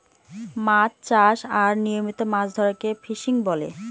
মাছ চাষ আর নিয়মিত মাছ ধরাকে ফিসিং বলে